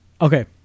Okay